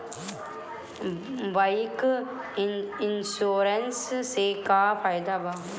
Bike insurance से का फायदा बा?